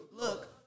look